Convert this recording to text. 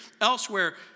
Elsewhere